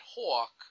Hawk